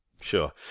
Sure